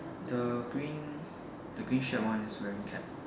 the green the green shirt one is wearing cap